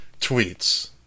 tweets